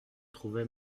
trouvait